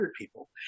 people